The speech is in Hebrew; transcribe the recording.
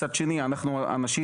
מצד שני אנחנו אנשים,